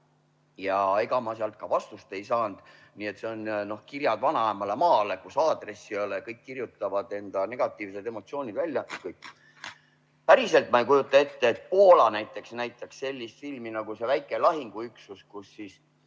Ega ma sealt tookord vastust ei saanud, nii et see on nagu kirjad vanaemale maale, kus aadressi ei ole, kõik kirjutavad enda negatiivsed emotsioonid välja. Päriselt ma ei kujuta ette, et Poola näitaks sellist filmi nagu "Väike lahinguüksus", kus